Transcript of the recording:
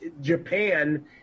Japan